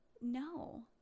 No